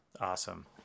Awesome